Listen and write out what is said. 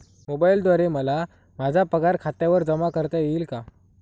मोबाईलद्वारे मला माझा पगार खात्यावर जमा करता येईल का?